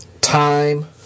time